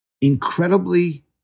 incredibly